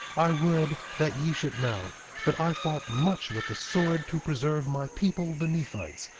i would that ye should know that i fought much with the sword to preserve my people, the nephites,